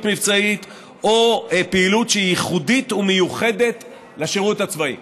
מבצעית או פעילות שהיא ייחודית ומיוחדת לשירות הצבאי.